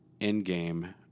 endgame